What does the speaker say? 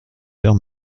faire